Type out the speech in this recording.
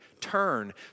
turn